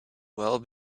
well